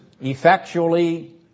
Effectually